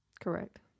Correct